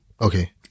Okay